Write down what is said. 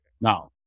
Now